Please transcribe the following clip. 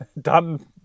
done